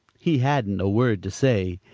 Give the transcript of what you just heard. he hadn't a word to say.